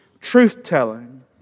truth-telling